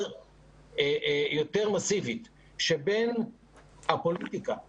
יותר מסיבית שבין הפוליטיקה המקומית,